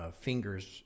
fingers